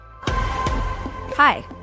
Hi